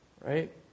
Right